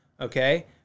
okay